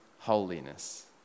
holiness